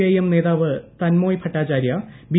I M നേതാവ് Tanmoy Bhattacharya B